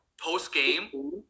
post-game